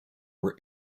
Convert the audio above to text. were